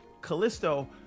Callisto